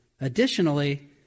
Additionally